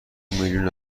میلیون